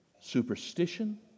superstition